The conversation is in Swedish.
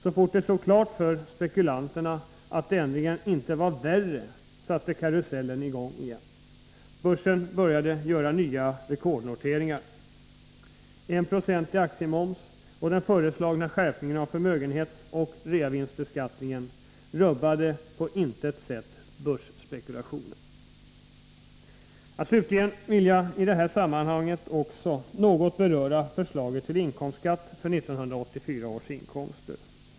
Så fort det stod klart för spekulanterna att ändringarna inte var ”värre”, satte karusellen i gång igen. Börsen började göra nya rekordnoteringar. 1 9 i aktieoms och den föreslagna skärpningen av förmögenhetsoch reavinstbeskattningen rubbade på intet sätt börsspekulationerna. Slutligen vill jag i detta sammanhang också något beröra förslaget till inkomstskatt för 1984 års inkomster.